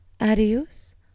adios